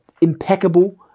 impeccable